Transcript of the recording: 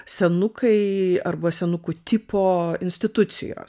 senukai arba senukų tipo institucijos